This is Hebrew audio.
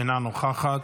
אינה נוכחת.